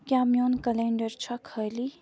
کیٛاہ میون کَلینڈَر چھا خٲلی